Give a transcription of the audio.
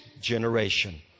generation